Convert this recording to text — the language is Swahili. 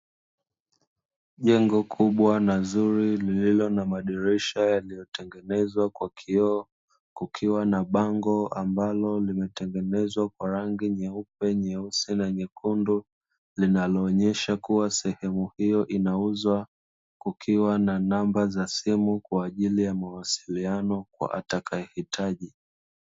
Jengo kubwa na zuri lililo na madirisha yaliyotengenezwa kwa kioo, kukiwa na bango ambalo limetengenezwa kwa rangi nyeupe, nyeusi na nyekundu. Linaloonyesha kuwa sehemu hiyo inauzwa, kukiwa na namba za simu kwa ajili ya mawasiliano kwa atakayehitaji.